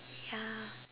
ya